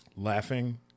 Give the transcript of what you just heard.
Laughing